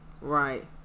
Right